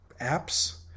apps